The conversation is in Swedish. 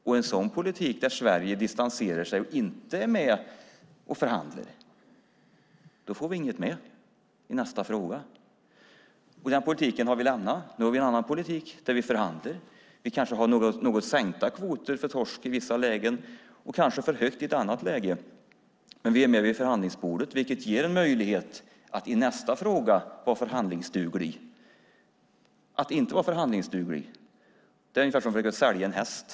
Med en sådan politik, där Sverige distanserar sig och inte är med och förhandlar, får vi ingenting i nästa fråga. Den politiken har vi lämnat, och nu har vi en annan politik där vi förhandlar. Vi kanske har sänkta kvoter för torsk i vissa lägen och kanske för höga i andra lägen, men vi är med vid förhandlingsbordet vilket ger möjlighet att i nästa fråga vara förhandlingsduglig. Att inte vara förhandlingsduglig är ungefär som att försöka sälja en häst.